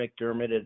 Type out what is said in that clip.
McDermott